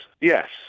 Yes